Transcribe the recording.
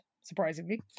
surprisingly